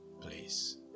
Please